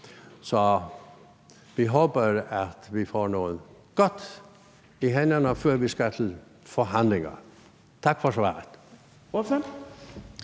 Så vi håber, at vi får noget godt i hænderne, før vi skal til forhandlinger. Tak for svaret.